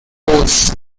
hosts